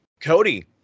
Cody